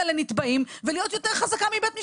לנתבעים ולהיות יותר חזקה מבית משפט.